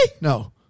No